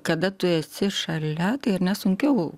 kada tu esi šalia ir net sunkiau